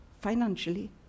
financially